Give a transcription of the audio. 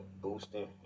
boosting